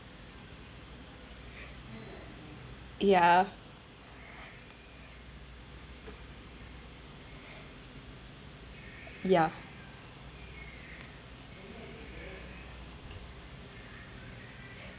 ya ya